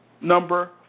number